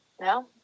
no